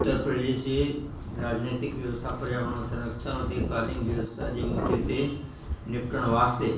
उत्तर प्रदेश जे राजनैतिक व्यवस्था पर्यावरण संरक्षण औरि दीर्घकालिन व्यवस्था जे मुदे ते निपटण वास्ते